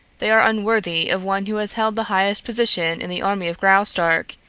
they are unworthy of one who has held the highest position in the army of graustark.